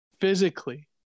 physically